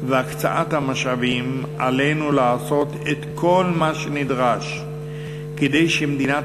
והקצאת המשאבים עלינו לעשות את כל מה שנדרש כדי שמדינת